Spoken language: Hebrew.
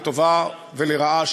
לטובה ולרעה,